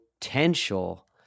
potential